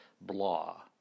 blah